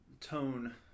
tone